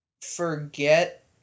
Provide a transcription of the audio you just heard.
forget